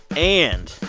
and,